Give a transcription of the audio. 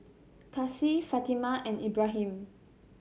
Kasih Fatimah and Ibrahim